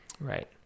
Right